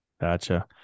gotcha